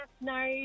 no